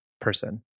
person